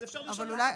אז אפשר לרשות בתקנה?